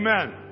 Amen